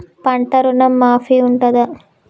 పంట ఋణం మాఫీ ఉంటదా?